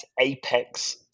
Apex